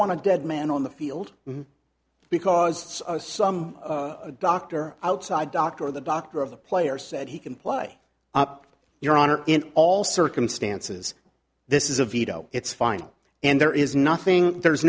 want to dead man on the field because some a doctor outside doctor the doctor of the player said he can play up your honor in all circumstances this is a veto it's final and there is nothing there's